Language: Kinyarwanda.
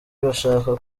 bashaka